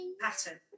pattern